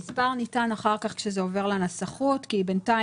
המספר ניתן אחר כך כשזה עובר לנסחות כי בינתיים